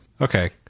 okay